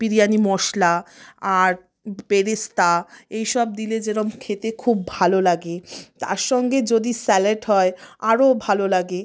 বিরিয়ানি মশলা আর বেরেস্তা এইসব দিলে যেরকম খেতে খুব ভালো লাগে তার সঙ্গে যদি স্যালাড হয় আরও ভালো লাগে